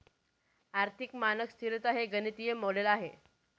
आर्थिक मानक स्तिरता हे गणितीय मॉडेल आहे